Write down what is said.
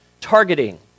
targeting